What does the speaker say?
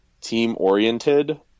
team-oriented